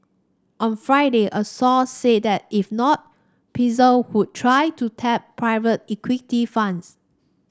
on Friday a source said that if not Pfizer could try to tap private equity funds